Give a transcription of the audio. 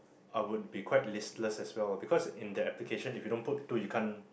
I would be quite listless as well because in that application if you don't put two you can't